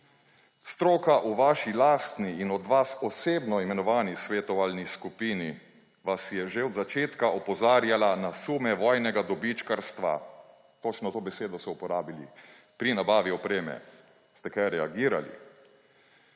Stroka v vaši lastni in od vas osebno imenovani svetovalni skupini vas je že od začetka opozarjala na sume vojnega dobičkarstva – točno to besedo so uporabili – pri nabavi opreme. Ste kaj reagirali?